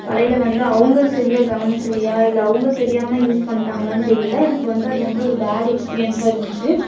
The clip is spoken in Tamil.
வளையல் வந்து அவங்க சரியா கவனிக்கலையா இல்லை அவங்க தெரியாமல் யூஸ் பண்ணிட்டாங்களான்னு தெரியல எனக்கு வந்து அது வந்து ஒரு பேட் எக்ஸ்பீரியன்ஸாக இருந்துச்சி